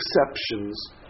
exceptions